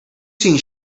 seen